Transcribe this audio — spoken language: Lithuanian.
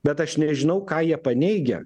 bet aš nežinau ką jie paneigia